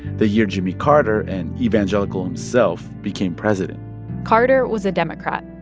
the year jimmy carter, an evangelical himself, became president carter was a democrat.